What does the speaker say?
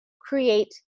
create